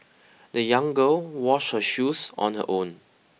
the young girl washed her shoes on her own